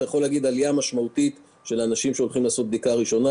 יש עלייה משמעותית באנשים שהולכים לעשות בדיקה ראשונה,